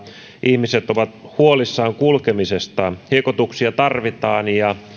ihmiset ovat huolissaan kulkemisestaan hiekoituksia tarvitaan ja